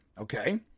Okay